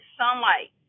sunlight